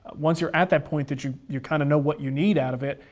once you're at that point that you you kind of know what you need out of it,